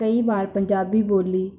ਕਈ ਵਾਰ ਪੰਜਾਬੀ ਬੋਲੀ